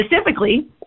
specifically